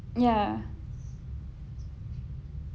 ya